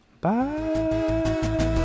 Bye